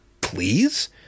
please